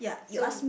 so